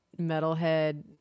metalhead